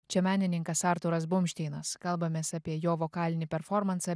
čia menininkas arturas bumšteinas kalbamės apie jo vokalinį performansą